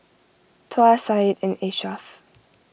Tuah Said and Ashraff